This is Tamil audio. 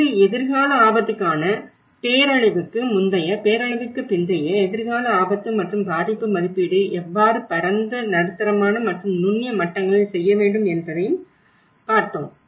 இது எதிர்கால ஆபத்துக்கான பேரழிவுக்கு முந்தைய பேரழிவுக்குப் பிந்தைய எதிர்கால ஆபத்து மற்றும் பாதிப்பு மதிப்பீடு எவ்வாறு பரந்த நடுத்தரமான மற்றும் நுண்ணிய மட்டங்களில் செய்ய வேண்டும் என்பதையும் பார்த்தோம்